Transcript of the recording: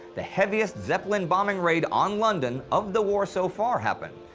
the heaviest zeppelin bombing raid on london of the war so far happened.